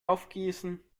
aufgießen